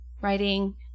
writing